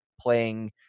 playing